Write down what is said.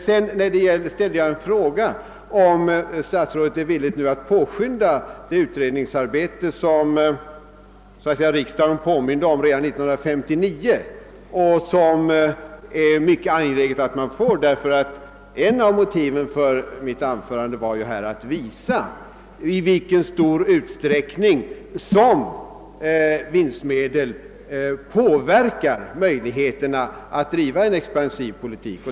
Sedan ställde jag en fråga, huruvida statsrådet nu är villig att påskynda det utredningsarbete som riksdagen påminde om redan 1959 och som är mycket angeläget. Ett av motiven för mitt anförande här var att visa i vilken utsträckning storleken av företagens sparande påverkar möjligheterna att driva en expansiv politik.